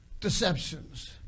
deceptions